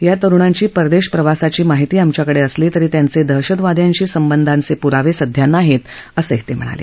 या तरुणांची परदेश प्रवासाची माहिती आमच्याकडे असली तरी त्यांचे दहशतवाद्यांशी संबधांचे पुरावे सध्या नाहीत असेही ते म्हणाले